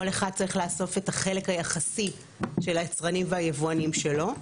כל אחד צריך לאסוף את החלק היחסי של היצרנים והיבואנים שלו.